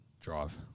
Drive